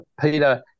Peter